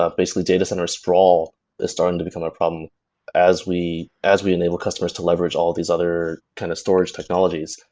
ah basically, datacenter sprawl is starting to become a problem as we as we enable customers to leverage all these other kind of storage technologies.